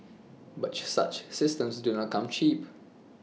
but such systems do not come cheap